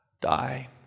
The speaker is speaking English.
die